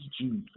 Jesus